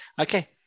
Okay